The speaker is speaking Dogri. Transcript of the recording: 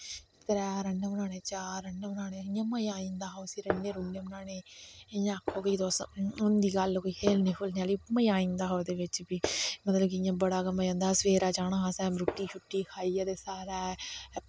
त्रै रन बनाने चार रन बनाने इयां मजा आई जंदा हा उसी रन रून बनानेईं इयां आक्खो कि तुस हुंदी गल्ल कोई खेलने खूलने आह्ली मज़ा आई जंदा हा ओह्दे बिच्च बी मतलव कि इयां बड़ा गै मज़ा औंदा हा सवेरैं जाना असैं रुट्टी शुट्टी खाइयै दे सारैं